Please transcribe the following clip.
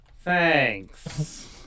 Thanks